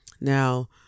Now